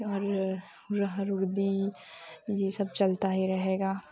अरहर अरहर उर्दी ये सब चलता ही रहेगा